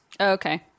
Okay